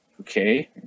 Okay